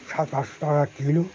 সাত আটশো টাকা কিলো